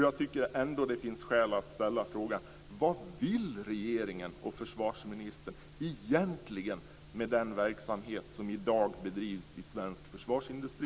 Jag tycker att det finns skäl att ställa frågan: Vad vill regeringen och försvarsministern egentligen med den verksamhet som i dag bedrivs i svensk försvarsindustri?